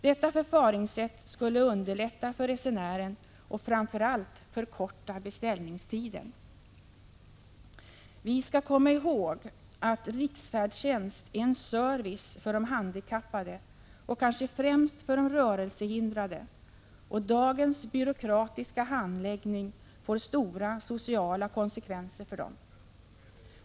Detta förfaringssätt skulle underlätta för resenären och framför allt förkorta beställningstiden. Vi skall komma ihåg att riksfärdtjänst är en service för de handikappade och kanske främst för de rörelsehindrade. Dagens byråkratiska handläggning får stora sociala konsekvenser för dem.